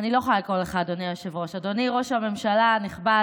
אני לא יכולה לקרוא לך "אדוני היושב-ראש"; אדוני ראש הממשלה הנכבד,